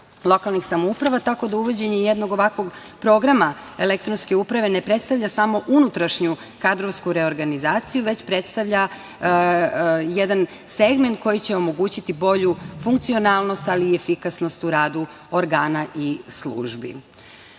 lokalnih samouprava, tako da uvođenje jednog ovakvog programa elektronske uprave ne predstavlja samo unutrašnju kadrovsku reorganizaciju, već predstavlja jedan segment koji će omogućiti bolju funkcionalnost, ali i efikasnost u radu organa i službi. Budžet